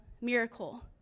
miracle